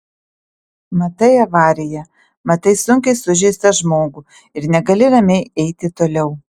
matai avariją matai sunkiai sužeistą žmogų ir negali ramiai eiti toliau